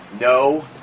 no